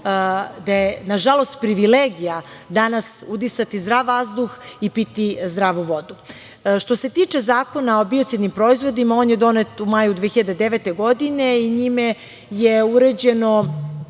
da je, nažalost, privilegija danas udisati zdrav vazduh i piti zdravu vodu. Što se tiče Zakona o biocidnim proizvodima, on je donet u maju 2009. godine i njime je uređeno